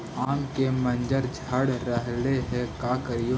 आम के मंजर झड़ रहले हे का करियै?